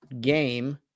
game